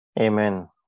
Amen